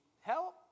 help